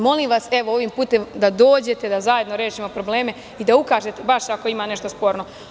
Molim vas, evo ovim putem, da dođete da zajedno rešimo probleme i da ukažete baš ako ima nešto sporno.